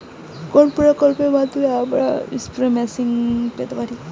কোন প্রকল্পের মাধ্যমে আমরা স্প্রে মেশিন পেতে পারি?